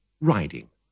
riding